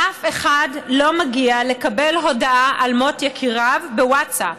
לאף אחד לא מגיע לקבל הודעה על מות יקיריו בווטסאפ.